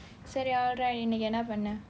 சரி:sari alright இன்னைக்கு என்ன பண்ண:innaikku enna panna